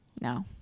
no